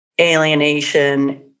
alienation